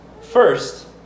First